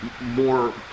more